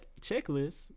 checklist